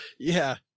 yeah.